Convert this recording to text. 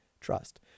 trust